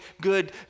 good